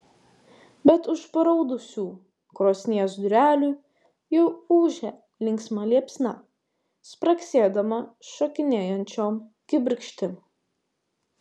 bet už paraudusių krosnies durelių jau ūžia linksma liepsna spragsėdama šokinėjančiom kibirkštim